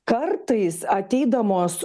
kartais ateidamos